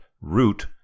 Root